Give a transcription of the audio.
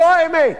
זו האמת.